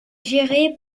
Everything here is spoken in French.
gérée